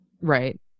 Right